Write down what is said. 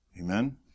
Amen